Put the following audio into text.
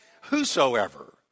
Whosoever